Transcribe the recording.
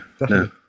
no